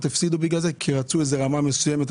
הפסידו בגלל זה כי רצו איזו רמה מסוימת?